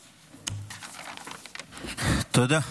תודה.